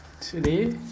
Today